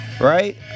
Right